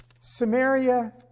Samaria